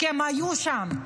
כי הם היו שם,